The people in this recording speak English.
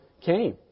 came